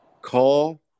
call